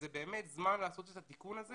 זה באמת זמן לעשות את התיקון הזה